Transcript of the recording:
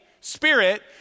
Spirit